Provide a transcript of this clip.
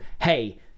hey